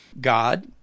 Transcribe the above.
God